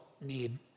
need